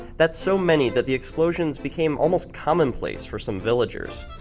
that's so many that the explosions became almost commonplace for some villagers.